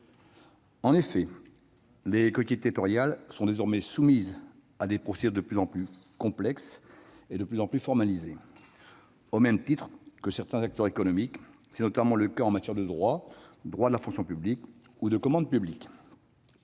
En effet, les collectivités territoriales sont désormais soumises à des procédures de plus en plus complexes et de plus en plus formalisées, au même titre que certains acteurs économiques. C'est notamment le cas en matière de droit de la fonction publique ou de la commande publique.